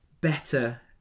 better